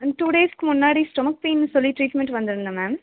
ma'am two டேஸுக்கு முன்னாடி stomach பெயினுன்னு சொல்லி ட்ரீட்மெண்ட்டுக்கு வந்திருந்தேன் மேம்